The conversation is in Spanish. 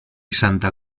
santa